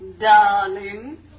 darling